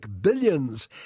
billions